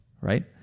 right